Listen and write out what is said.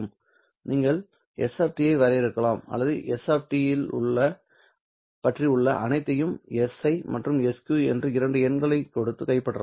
நீங்கள் s ஐ வரையறுக்கலாம் அல்லது s பற்றி உள்ள அனைத்தையும் si மற்றும் sq என்ற இரண்டு எண்களைக் கொடுத்து கைப்பற்றலாம்